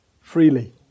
freely